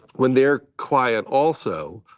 when they're quiet also,